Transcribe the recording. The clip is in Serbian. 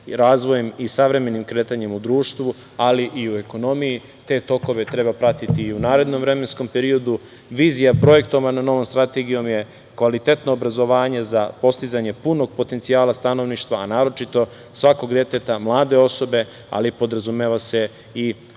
razvojem i savremenim kretanjem u društvu, ali i u ekonomiji. Te tokove treba pratiti i u narednom vremenskom periodu. Vizija projektovana novom strategijom je kvalitetno obrazovanje za postizanje punog potencijala stanovništva, a naročito svakog deteta, mlade osobe, ali podrazumeva se i odraslih.